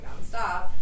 nonstop